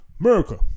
America